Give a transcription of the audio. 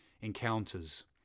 encounters